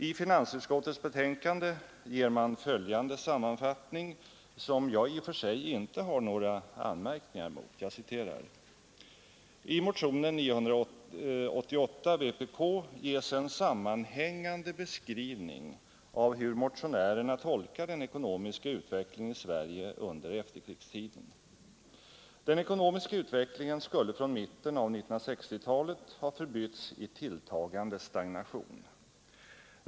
I finansutskottets betänkande ges följande sammanfattning som jag i och för sig inte har några anmärkningar mot: ”I motionen 1973:988 ges en sammanhängande beskrivning av hur motionärerna tolkar den ekonomiska utvecklingen i Sverige under efterkrigstiden. Den ekonomiska utvecklingen skulle från mitten av 1960-talet ha förbytts i tilltagande stagnation.